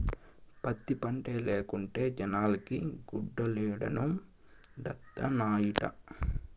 పత్తి పంటే లేకుంటే జనాలకి గుడ్డలేడనొండత్తనాయిట